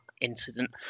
incident